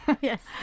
yes